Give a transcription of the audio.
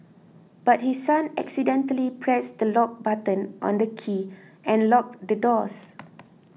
but his son accidentally pressed the lock button on the key and locked the doors